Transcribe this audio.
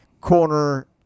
corner